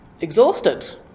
exhausted